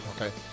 okay